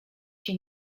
się